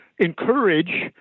encourage